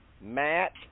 Matt